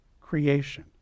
creation